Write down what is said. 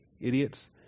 idiots